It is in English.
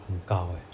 很高 eh